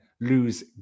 lose